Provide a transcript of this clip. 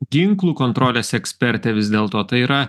ginklų kontrolės ekspertė vis dėlto tai yra